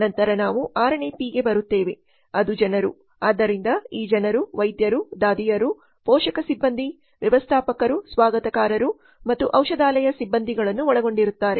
ನಂತರ ನಾವು 6 ನೇ ಪಿ ಗೆ ಬರುತ್ತೇವೆ ಅದು ಜನರು ಆದ್ದರಿಂದ ಈ ಜನರು ವೈದ್ಯರು ದಾದಿಯರು ಪೋಷಕ ಸಿಬ್ಬಂದಿ ವ್ಯವಸ್ಥಾಪಕರು ಸ್ವಾಗತಕಾರರು ಮತ್ತು ಔಷಧಾಲಯ ಸಿಬ್ಬಂದಿಗಳನ್ನು ಒಳಗೊಂಡಿರುತ್ತಾರೆ